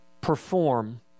perform